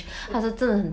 mm